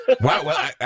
Wow